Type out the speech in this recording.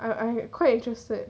I I I quite interested